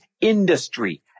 industry